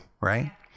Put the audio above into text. right